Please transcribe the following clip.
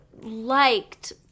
liked